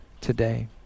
today